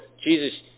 Jesus